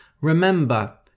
Remember